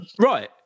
right